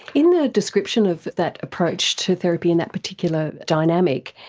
in the description of that approach to therapy and that particular dynamic,